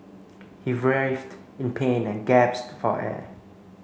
he in pain and gasped for air